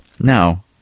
Now